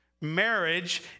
Marriage